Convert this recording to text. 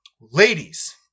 Ladies